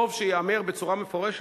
טוב שייאמר בצורה מפורשת,